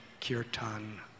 Kirtan